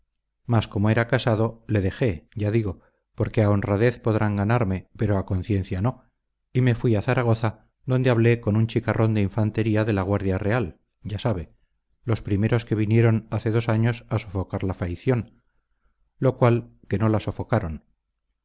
mas como era casado le dejé ya digo porque a honradez podrán ganarme pero a conciencia no y me fui a zaragoza donde hablé con un chicarrón de infantería de la guardia real ya sabe los primeros que vinieron hace dos años a sofocar la faición lo cual que no la sofocaron